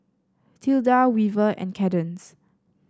Tilda Weaver and Cadence